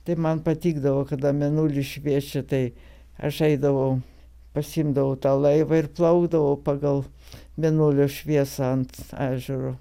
tai man patikdavo kada mėnulis šviečia tai aš eidavau pasiimdavau tą laivą ir plaukdavau pagal mėnulio šviesą ant ežero